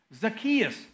Zacchaeus